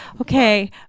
okay